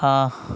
ہاں